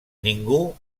ningú